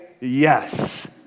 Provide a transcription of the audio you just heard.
yes